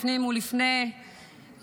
לפני ולפנים,